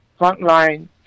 frontline